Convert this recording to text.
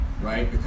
right